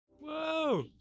Whoa